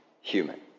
human